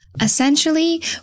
Essentially